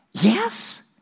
Yes